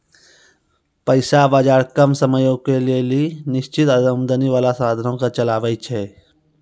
पैसा बजार कम समयो के लेली निश्चित आमदनी बाला साधनो के चलाबै छै